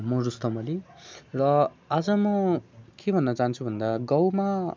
मो रुस्तम अली र आज म के भन्न चाहन्छु भन्दा गाउँमा